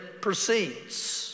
proceeds